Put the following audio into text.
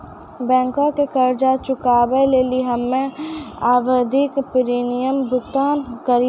बैंको के कर्जा चुकाबै लेली हम्मे आवधिक प्रीमियम भुगतान करि दै छिये